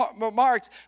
remarks